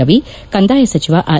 ರವಿ ಕಂದಾಯ ಸಚಿವ ಆರ್